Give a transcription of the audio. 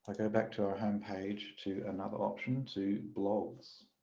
go back to our homepage to another option to blogs,